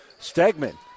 Stegman